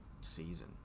season